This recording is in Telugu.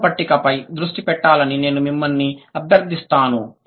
మూడవ పట్టికపై దృష్టి పెట్టాలని నేను మిమ్మల్ని అభ్యర్థిస్తాను